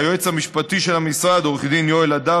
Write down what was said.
ליועץ המשפטי של המשרד עו"ד יואל הדר